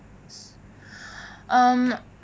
um